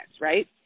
right